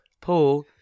Paul